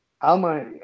Alma